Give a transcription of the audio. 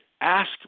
ask